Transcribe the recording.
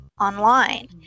online